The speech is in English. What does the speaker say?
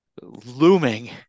looming